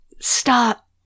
stop